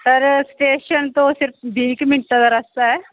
sir station ਤੋਂ ਸਿਰਫ਼ ਵੀਹ ਕੁ ਮਿੰਟ ਦਾ ਰਸਤਾ ਹੈ